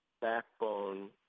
backbone